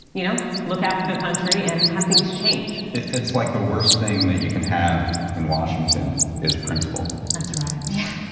you know, look out for their country and have things change? that's like the worst thing that you can have in washington, is principles. that's right. yeah.